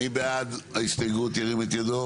מי בעד הסתייגות מספר 9 שירים את ידו.